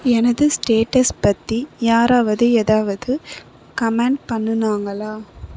எனது ஸ்டேட்டஸ் பற்றி யாராவது ஏதாவது கமெண்ட் பண்ணினாங்களா